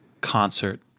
concert